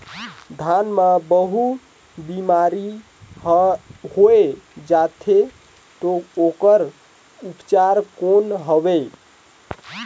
धान मां महू बीमारी होय जाथे तो ओकर उपचार कौन हवे?